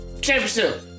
championship